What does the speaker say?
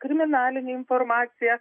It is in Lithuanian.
kriminalinę informacija